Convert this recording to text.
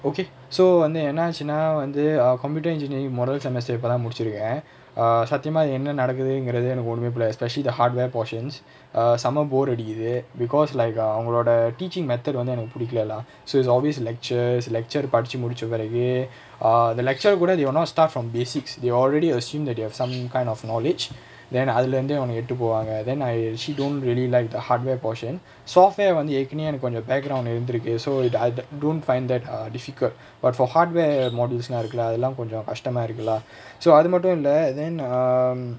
okay so வந்து என்னாச்சுனா வந்து:vanthu ennaachunaa vanthu err computer engineering moral semester இப்பதா முடிச்சிருக்க:ippathaa mudichirukkaa err சத்தியமா இது என்ன நடக்குறதுங்குறது எனக்கு ஒன்னுமே புரியாது:sathiyamaa ithu enna nadakurathungurathu enakku onnumae puriyaathu especially the hardware portions err செம:sema bore அடிக்குது:adikkuthu because like a அவங்களோட:avangaloda teaching method வந்து எனக்கு புடிக்கல:vanthu enakku pudikkala lah so it's always lectures lecture படிச்சு முடிச்ச பிறகு:padichu mudicha piragu err the lecture கூட:kooda they will not start from basics they already assumed that you have some kind of knowledge then அதுல இருந்து இவனுங்க எடுத்து போவாங்க:athula irunthu ivanunga eduthu povaanga then I actually don't really like the hardware portion software வந்து ஏற்கனவே எனக்கு கொஞ்சோ:vanthu erkanavae enakku konjo background இருந்திருக்கு:irunthirukku so I don't find that err difficult but for hardware modules lah இருக்குல அதலா கொஞ்சோ கஷ்டமா இருக்கு:irukkula athalaa konjo kashtamaa irukku lah so அதுமட்டும் இல்ல:athumattum illa then um